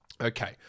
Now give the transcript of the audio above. Okay